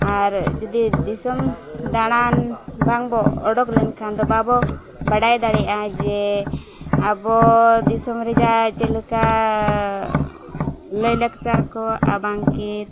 ᱟᱨ ᱡᱩᱫᱤ ᱫᱤᱥᱚᱢ ᱫᱟᱲᱟᱱ ᱵᱟᱝᱵᱚᱱ ᱚᱰᱳᱠ ᱞᱮᱱᱠᱷᱟᱱ ᱫᱚ ᱵᱟᱵᱚᱱ ᱵᱟᱰᱟᱭ ᱫᱟᱲᱮᱭᱟᱜᱼᱟ ᱡᱮ ᱟᱵᱚ ᱫᱤᱥᱚᱢ ᱨᱮᱭᱟᱜ ᱪᱮᱫᱞᱮᱠᱟ ᱞᱟᱹᱭᱼᱞᱟᱠᱪᱟᱨ ᱠᱚ ᱟᱨᱵᱟᱝ ᱠᱤ